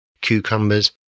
cucumbers